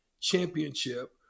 championship